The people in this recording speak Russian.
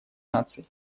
наций